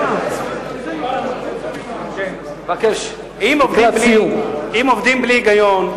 אם עובדים בלי היגיון,